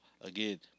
Again